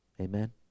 Amen